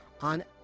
on